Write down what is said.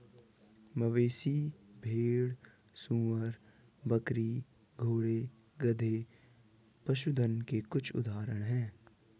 मवेशी, भेड़, सूअर, बकरी, घोड़े, गधे, पशुधन के कुछ उदाहरण हैं